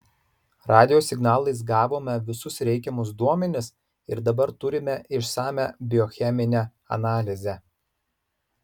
radijo signalais gavome visus reikiamus duomenis ir dabar turime išsamią biocheminę analizę